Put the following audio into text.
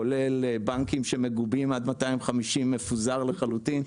כולל בנקים שמגובים עד 250. מפוזר לחלוטין.